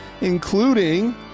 including